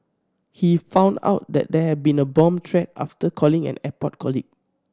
he found out that there had been a bomb threat after calling an airport colleague